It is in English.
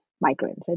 migrants